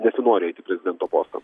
nesinori eiti prezidento posto